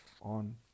on